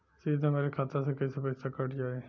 सीधे हमरे खाता से कैसे पईसा कट जाई?